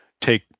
take